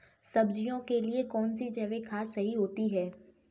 सब्जियों के लिए कौन सी जैविक खाद सही होती है?